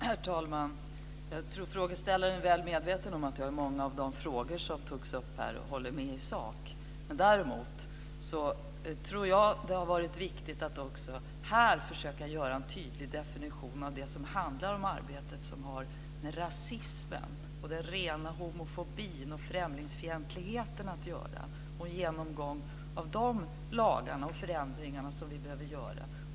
Herr talman! Jag tror att frågeställaren är väl medveten om att jag i många av de frågor som togs upp här håller med i sak. Men jag tror att det har varit viktigt att också här försöka göra en tydlig definition av arbetet som har med rasismen, den rena homofobin och främlingsfientligheten att göra. Det handlar om en genomgång av de lagarna och de förändringar som vi behöver göra.